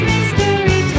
Mystery